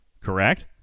correct